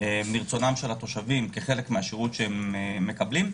מרצונם של התושבים כחלק מהשירות שהם מקבלים,